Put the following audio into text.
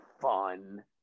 fun